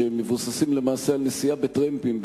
שמבוססים למעשה על נסיעה בטרמפים,